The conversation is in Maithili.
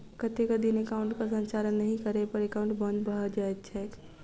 कतेक दिन एकाउंटक संचालन नहि करै पर एकाउन्ट बन्द भऽ जाइत छैक?